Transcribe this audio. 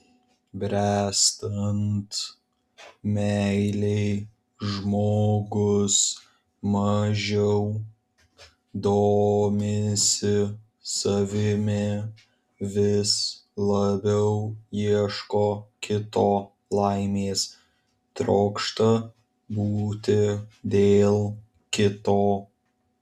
bręstant meilei žmogus mažiau domisi savimi vis labiau ieško kito laimės trokšta būti dėl kito